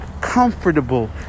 Comfortable